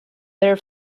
their